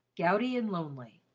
gouty and lonely,